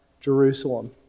Jerusalem